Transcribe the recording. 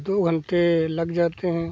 दो घंटे लग जाते हैं